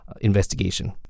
Investigation